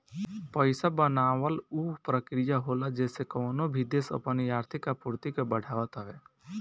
पईसा बनावल उ प्रक्रिया होला जेसे कवनो भी देस अपनी आर्थिक आपूर्ति के बढ़ावत हवे